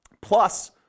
plus